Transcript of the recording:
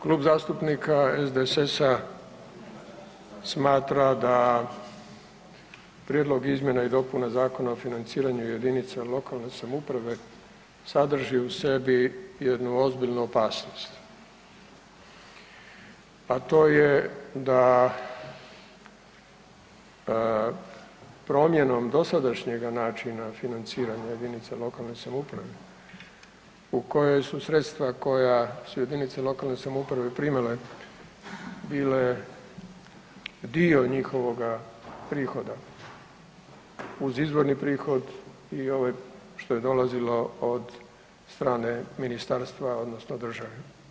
Klub zastupnika SDSS-a smatra da prijedlog izmjena i dopuna Zakona o financiranju jedinice lokalne samouprave sadrži u sebi jednu ozbiljnu opasnost, a to je da promjenom dosadašnjega načina financiranja jedinica lokalne samouprave u kojoj su sredstva koja su jedinice lokalne samouprave primile bile dio njihovoga prihoda uz izvorni prihod i ovo što je dolazilo od strane ministarstva odnosno države.